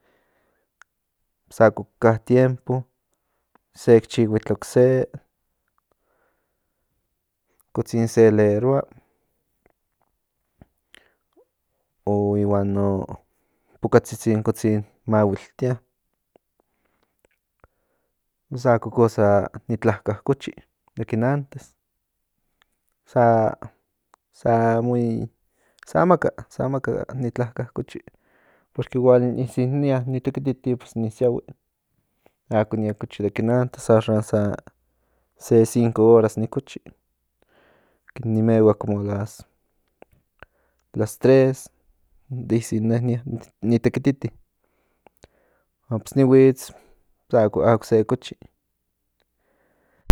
Sako ka tiempo sek chihua itla ocse cotsin se leeroa o ihuan no pocatzitzin cotsin ni mahuiltia pues ako cosa ni tlakacochi ken antes sa muy sa maka ni tlakacochi porque igual yo isi ni tekititi pues ni siahui ako ni cochi ken antes se 5 horas ni cochi ni mehua como las 3 de isi in ne ni tekititi huan pos nihuits pues ako se cochi